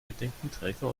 bedenkenträger